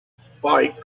fight